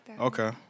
Okay